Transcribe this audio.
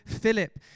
Philip